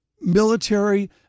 military